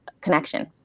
connection